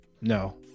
No